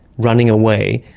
running away,